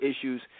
issues